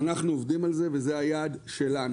אז אנחנו עובדים על זה, וזה היעד שלנו.